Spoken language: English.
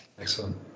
Excellent